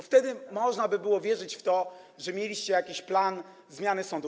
Wtedy można by było wierzyć w to, że mieliście jakiś plan zmiany sądów.